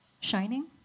shining